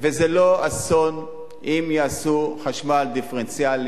זה לא אסון אם יעשו מחיר חשמל דיפרנציאלי,